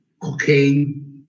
cocaine